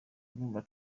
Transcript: urumva